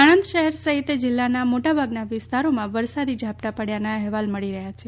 આણંદ શહેર સહિત જિલ્લાના મોટાભાગના વિસ્તારોમાં વરસાદી ઝાપટાં પડ્યાના અહેવાલ મળી રહયા છે